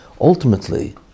ultimately